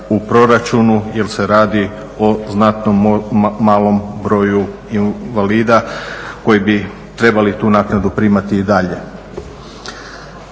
u proračunu jer se radi o znatno malom broju invalida koji bi trebali tu naknadu primati i dalje.